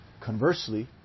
Conversely